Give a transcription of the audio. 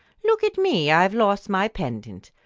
look at me i've lost my pendant!